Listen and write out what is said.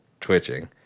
twitching